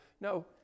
No